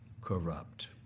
corrupt